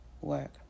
work